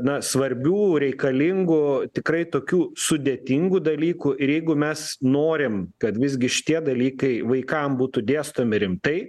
na svarbių reikalingų tikrai tokių sudėtingų dalykų ir jeigu mes norim kad visgi šitie dalykai vaikam būtų dėstomi rimtai